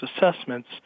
assessments